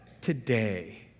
today